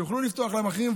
שיוכלו לפתוח רווחים,